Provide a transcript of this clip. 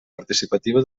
participativa